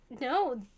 No